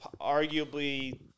arguably –